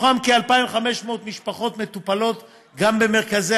מתוכן כ-2,500 משפחות מטופלות גם במרכזי